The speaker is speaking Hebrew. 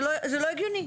זה לא הגיוני.